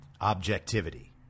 objectivity